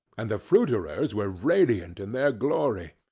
and the fruiterers' were radiant in their glory.